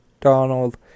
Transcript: Donald